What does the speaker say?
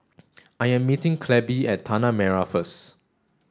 I am meeting Clabe at Tanah Merah first